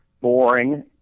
boring